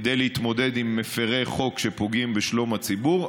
כדי להתמודד עם מפירי חוק שפוגעים בשלום הציבור.